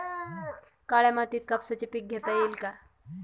काळ्या मातीत कापसाचे पीक घेता येईल का?